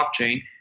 blockchain